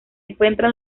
encuentra